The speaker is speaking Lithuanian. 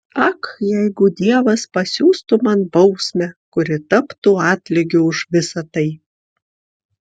ak jeigu dievas pasiųstų man bausmę kuri taptų atlygiu už visa tai